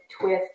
twist